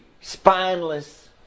spineless